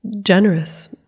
generous